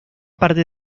parte